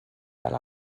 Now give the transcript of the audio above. fel